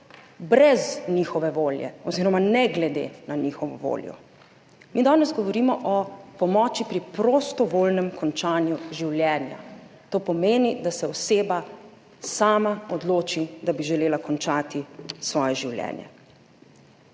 brez njihove volje oziroma ne glede na njihovo voljo. Mi danes govorimo o pomoči pri prostovoljnem končanju življenja. To pomeni, da se oseba sama odloči, da bi želela končati svoje življenje.